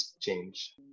change